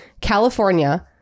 California